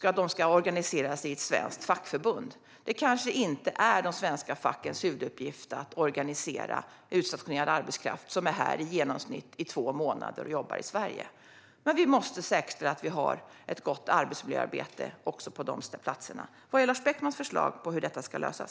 de ska organiseras i ett svenskt fackförbund. Det är kanske inte de svenska fackens huvuduppgift att organisera utstationerad arbetskraft som i genomsnitt jobbar två månader i Sverige. Vi måste dock säkerställa att vi har ett gott arbetsmiljöarbete också på dessa arbetsplatser. Vad är Lars Beckman förslag på hur detta ska lösas?